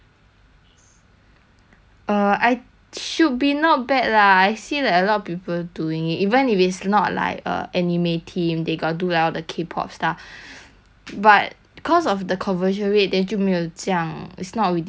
err I should be not bad lah I see that a lot of people doing it even if it's not like a anime theme they got do like all the K pop stuff but cause of the conversion rate then 就没有这样 is not within their price or it's li~ I think